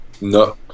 no